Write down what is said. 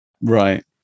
Right